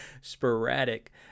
sporadic